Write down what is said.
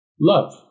love